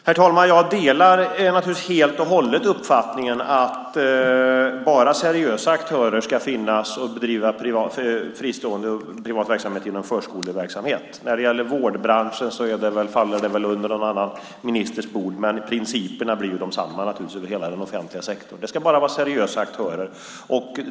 Herr talman! Jag delar naturligtvis helt och hållet uppfattningen att det bara ska finnas seriösa aktörer som bedriver fristående och privat verksamhet inom förskoleverksamhet. Vårdbranschen faller väl på någon annan ministers bord, men principerna blir naturligtvis desamma över hela den offentliga sektorn. Det ska bara vara seriösa aktörer.